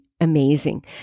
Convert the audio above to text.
amazing